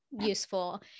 useful